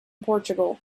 portugal